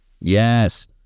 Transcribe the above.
Yes